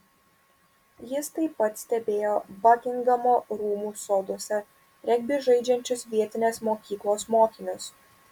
jis taip pat stebėjo bakingamo rūmų soduose regbį žaidžiančius vietinės mokyklos mokinius